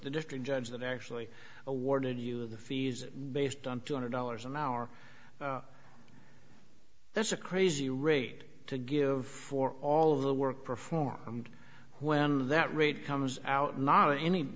the district judge that actually awarded you the fees based on two hundred dollars an hour that's a crazy rate to give for all of the work performed when that raid comes out not